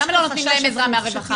למה לא נותנים להם עזרה מהרווחה?